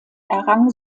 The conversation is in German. errang